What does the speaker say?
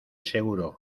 seguro